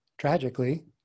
tragically